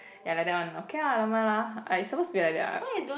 ya like that one okay lah never mind lah like it's supposed to be like that [what]